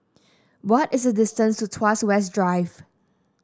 what is the distance to Tuas West Drive